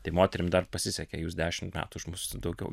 tai moterim dar pasisekė jūs dešim metų už mus daugiau